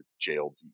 jailed